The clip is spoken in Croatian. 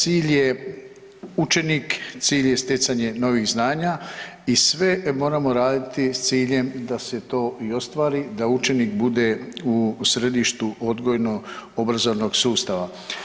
Cilj je učenik, cilj je stjecanje novih znanja i sve moramo raditi s ciljem da se to i ostvari, da učenik bude u središtu odgojno-obrazovnog sustava.